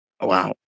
Wow